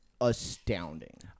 astounding